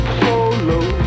follow